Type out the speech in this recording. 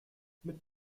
mit